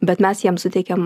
bet mes jiems suteikiam